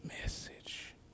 message